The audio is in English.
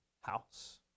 house